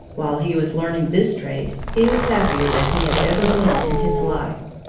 while he was learning this trade, he was happier than he had ever been in his life.